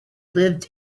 lived